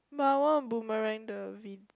but I want to boomerang the vi~